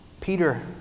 Peter